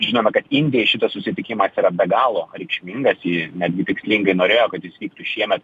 žinome kad indijai šitas susitikimas yra be galo reikšmingas ji netgi tikslingai norėjo kad jis vyktų šiemet